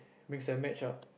mix and match ah